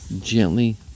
gently